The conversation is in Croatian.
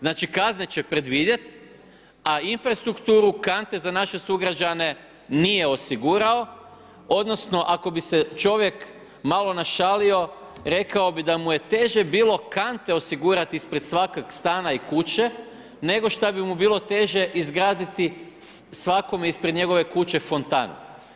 Znači kazne će predvidjet, a infrastrukturu, kante za naše sugrađane nije osigurao, odnosno ako bi se čovjek malo našalio, rekao bi da mu je teže bilo kante osigurati ispred svakog stana i kuće nego šta bi mu bilo teže izgraditi svakome ispred njegove kuće fontanu.